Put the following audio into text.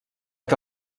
que